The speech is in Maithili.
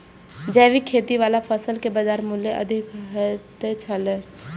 जैविक खेती वाला फसल के बाजार मूल्य अधिक होयत छला